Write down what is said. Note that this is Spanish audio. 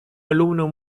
alumno